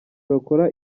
bakora